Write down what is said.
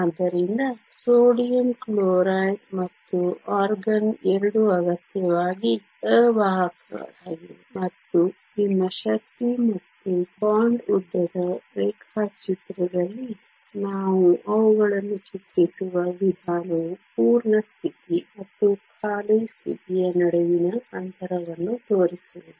ಆದ್ದರಿಂದ sodium chloride ಮತ್ತು argon ಎರಡೂ ಅಗತ್ಯವಾಗಿ ಅವಾಹಕಗಳಾಗಿವೆ ಮತ್ತು ನಿಮ್ಮ ಶಕ್ತಿ ಮತ್ತು ಬಾಂಡ್ ಉದ್ದದ ರೇಖಾಚಿತ್ರದಲ್ಲಿ ನಾವು ಅವುಗಳನ್ನು ಚಿತ್ರಿಸುವ ವಿಧಾನವು ಪೂರ್ಣ ಸ್ಥಿತಿ ಮತ್ತು ಖಾಲಿ ಸ್ಥಿತಿಯ ನಡುವಿನ ಅಂತರವನ್ನು ತೋರಿಸುವುದು